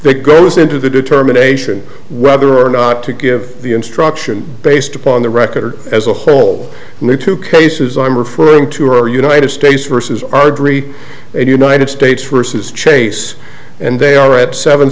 that goes into the determination whether or not to give the instruction based upon the record as a whole new two cases i'm referring to are united states versus our dri and united states first is chase and they are at seven